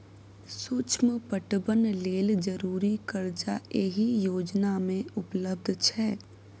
सुक्ष्म पटबन लेल जरुरी करजा एहि योजना मे उपलब्ध छै